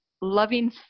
loving